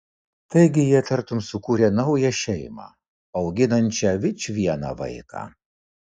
taigi jie tartum sukūrė naują šeimą auginančią vičvieną vaiką